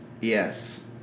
Yes